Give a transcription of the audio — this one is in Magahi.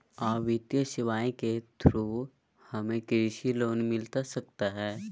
आ वित्तीय सेवाएं के थ्रू हमें कृषि लोन मिलता सकता है?